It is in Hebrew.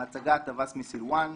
ההצגה הטווס מסילוואן,